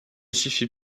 suffit